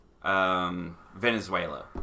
Venezuela